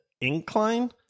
incline